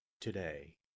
today